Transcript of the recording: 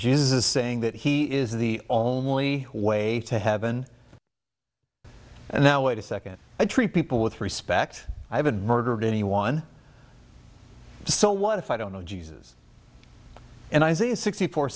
jesus saying that he is the only way to heaven and now wait a second i treat people with respect i have a murder of anyone so what if i don't know jesus and i say sixty four